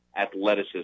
athleticism